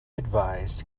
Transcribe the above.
advised